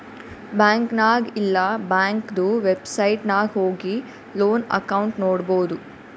bank ನಾಗ್ ಇಲ್ಲಾ ಬ್ಯಾಂಕ್ದು ವೆಬ್ಸೈಟ್ ನಾಗ್ ಹೋಗಿ ಲೋನ್ ಅಕೌಂಟ್ ನೋಡ್ಬೋದು